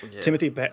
Timothy